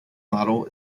model